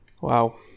Wow